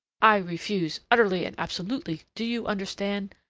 i refuse utterly and absolutely, do you understand?